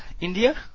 India